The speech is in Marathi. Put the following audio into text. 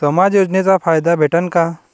समाज योजनेचा फायदा भेटन का?